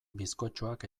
bizkotxoak